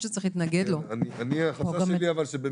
אני לא חושבת שצריך להתנגד לו.